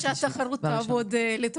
ושהתחרות תעבוד לטובת זה.